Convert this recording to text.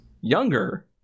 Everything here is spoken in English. younger